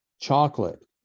chocolate